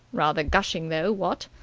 rather gushing though, what?